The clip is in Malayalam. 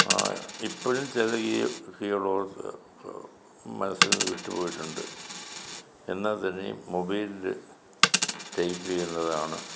ഇപ്പഴും ചെല കീകൾ ഓർത്ത് മനസ്സിൽ നിന്ന് വിട്ടുപോയിട്ടുണ്ട് എന്നാൽ തന്നെയും മൊബൈൽല് ടൈപ്പ് ചെയ്യുന്നതാണ്